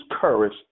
courage